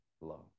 love